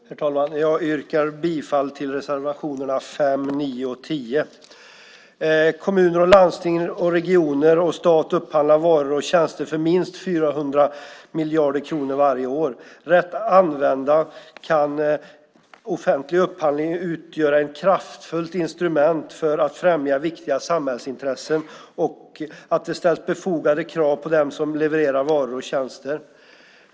Herr talman! Jag yrkar bifall till reservationerna 5, 9 och 10. Kommuner, landsting, regioner och staten upphandlar varor och tjänster för minst 400 miljarder kronor varje år. Rätt använd kan offentlig upphandling utgöra ett kraftfullt instrument för att främja viktiga samhällsintressen och att det ställs befogade krav på dem som levererar varor och tjänster.